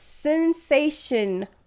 Sensation